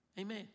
Amen